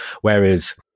Whereas